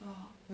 oo